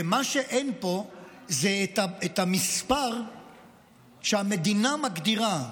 ומה שאין פה זה המספר שהמדינה מגדירה,